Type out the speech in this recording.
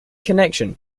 connection